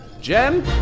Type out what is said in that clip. Gem